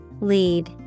Lead